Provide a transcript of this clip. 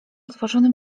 otworzony